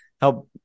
help